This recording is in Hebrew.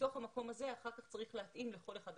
מתוך המקום הזה אחר כך צריך להתאים לכל אחד.